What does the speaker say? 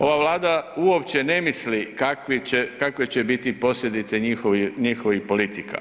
Ova Vlada uopće ne misli kakve će biti posljedice njihovih politika.